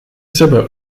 sebe